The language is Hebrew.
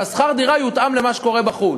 ששכר הדירה יותאם למה שקורה בחוץ,